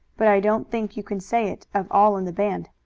but i don't think you can say it of all in the band.